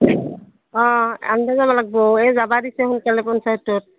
অঁ আনবা যাবা লাগব এই যাবা দিছে সোনকালে পঞ্চায়তত